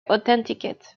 authenticate